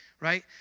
right